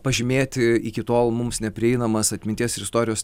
pažymėti iki tol mums neprieinamas atminties ir istorijos